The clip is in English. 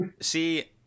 See